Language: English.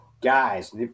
guys